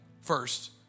first